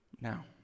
Now